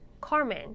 Carmen